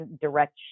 direct